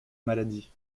maladie